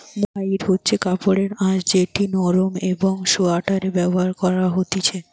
mohair হচ্ছে কাপড়ের আঁশ যেটি নরম একং সোয়াটারে ব্যবহার করা হতিছে